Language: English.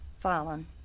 Fallen